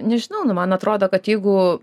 nežinau nu man atrodo kad jeigu